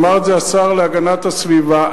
אמר את זה השר להגנת הסביבה,